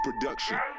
production